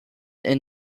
and